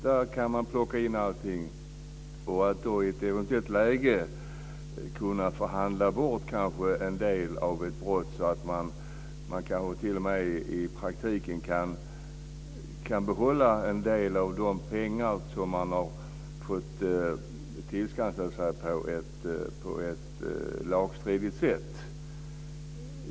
Det kan i ett läge kanske bli fråga om att förhandla bort en del följder av ett brott, så att man i praktiken t.o.m. kan behålla pengar som man har tillskansat sig på ett lagstridigt sätt.